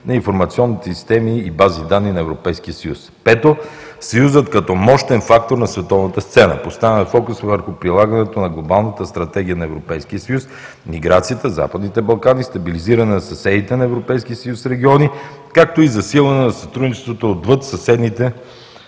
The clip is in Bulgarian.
на информационните системи и бази данни на Европейския съюз. Пето, Съюзът като мощен фактор на световната сцена. Поставяме фокуса върху прилагането на глобалната стратегия на Европейския съюз, миграцията, Западните Балкани, стабилизиране на съседните на Европейския съюз региони, както и засилване на сътрудничеството отвъд съседните